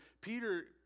Peter